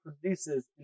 produces